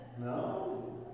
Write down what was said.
No